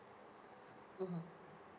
mmhmm